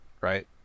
right